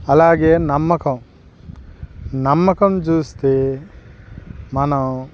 అలాగే నమ్మకం నమ్మకం చూస్తే మనం